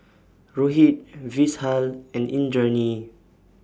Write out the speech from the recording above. Rohit Vishal and Indranee